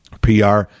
PR